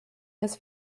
his